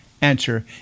Answer